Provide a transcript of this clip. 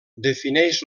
defineix